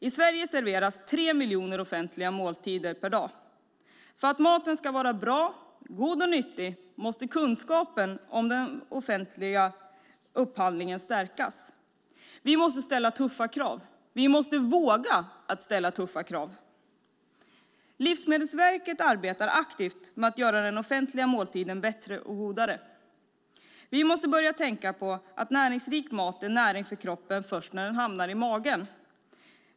I Sverige serveras tre miljoner offentliga måltider per dag. För att maten ska vara bra, god och nyttig måste kunskapen om den offentliga upphandlingen stärkas. Vi måste ställa tuffa krav, vi måste våga ställa tuffa krav. Livsmedelsverket arbetar aktivt med att göra den offentliga måltiden bättre och godare. Vi måste börja tänka på att näringsrik mat är näring för kroppen först när den hamnar i magen.